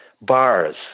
Bars